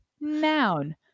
Noun